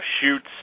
shoots